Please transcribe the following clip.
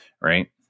right